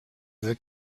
veut